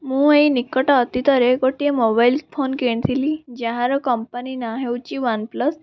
ମୁଁ ଏଇ ନିକଟ ଅତୀତରେ ଗୋଟିଏ ମୋବାଇଲ ଫୋନ କିଣିଥିଲି ଯାହାର କମ୍ପାନୀ ନାଁ ହେଉଛି ୱାନପ୍ଲସ